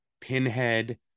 pinhead